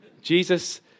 Jesus